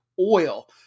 oil